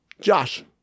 Josh